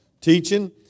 teaching